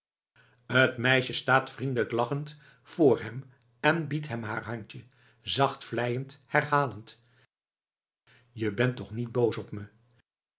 t meisje staat vriendelijk lachend voor hem en biedt hem haar handje zacht vleiend herhalend je bent toch niet boos op me